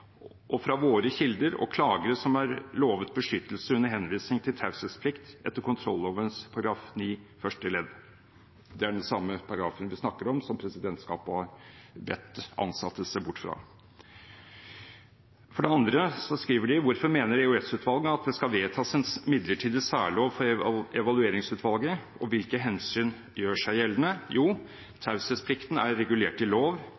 og fra våre kilder og klagere som er lovet beskyttelse, under henvisning til taushetsplikt etter kontrolloven § 9 første ledd. Det er den samme paragrafen de snakker om, som presidentskapet har bedt ansatte om å se bort fra. For det andre skriver de: Hvorfor mener EOS-utvalget at det skal vedtas en midlertidig særlov for Evalueringsutvalget, og hvilke hensyn gjør seg gjeldende? Jo, taushetsplikten er regulert i lov.